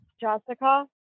Jessica